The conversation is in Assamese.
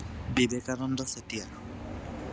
বিবেকানন্দ চেতিয়া